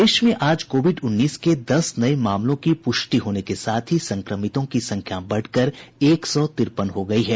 प्रदेश में आज कोविड उन्नीस के दस नये मामलों की प्रष्टि होने के साथ ही संक्रमितों की संख्या बढ़कर एक सौ तिरपन हो गयी है